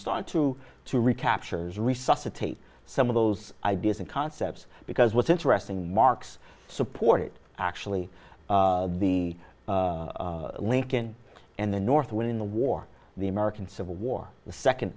started to to recaptures resuscitate some of those ideas and concepts because what's interesting marx supported actually the lincoln and the north winning the war the american civil war the second